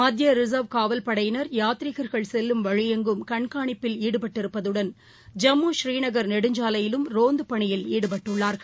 மத்தியரிசர்வ் காவல்படையினர் யாத்திரிகர்கள் செல்லும் வழி ளங்கும் கண்காணிப்பில் ஈடுபட்டிருப்பதுடன் ஜம்மு ஸ்ரீநகர் நெடுஞ்சாவையிலும் ரோந்துபணியில் ஈடுபட்டுள்ளார்கள்